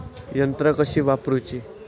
यंत्रा कशी वापरूची?